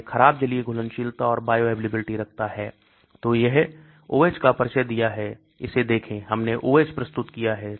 यह खराब जलीय घुलनशीलता और बायोअवेलेबिलिटी रखता है तो यहां OH का परिचय दिया है इसे देखें हमने OH प्रस्तुत किया है